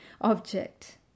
object